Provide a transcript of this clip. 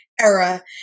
era